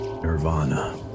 Nirvana